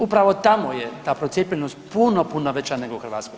Upravo tamo je ta procijepljenost puno, puno veća nego u Hrvatskoj.